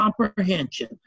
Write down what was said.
comprehension